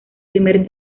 primer